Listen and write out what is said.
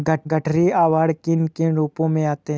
गठरी आवरण किन किन रूपों में आते हैं?